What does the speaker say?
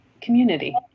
community